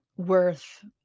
worth